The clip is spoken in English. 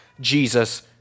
Jesus